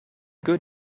good